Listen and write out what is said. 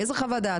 איזה חוות דעת?